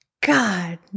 God